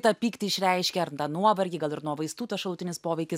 tą pyktį išreiškia ar nuovargį gal ir nuo vaistų tas šalutinis poveikis